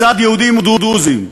לצד יהודים ודרוזים.